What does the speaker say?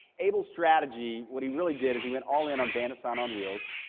abel's strategy, what he really did is he went all in on bandit sign on wheels,